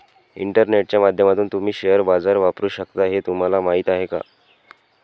इंटरनेटच्या माध्यमातून तुम्ही शेअर बाजार वापरू शकता हे तुम्हाला माहीत आहे का?